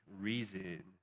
reason